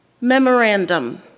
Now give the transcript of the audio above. Memorandum